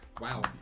Wow